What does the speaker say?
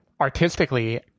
artistically